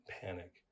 panic